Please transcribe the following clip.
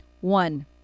One